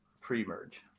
pre-merge